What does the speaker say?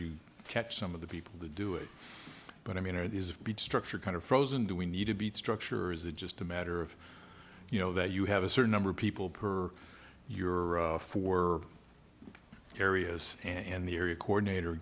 you catch some of the people to do it but i mean are these beach structure kind of frozen do we need to beat structure is that just a matter of you know that you have a certain number of people per your four areas and the area coordinator